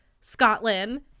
Scotland